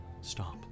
stop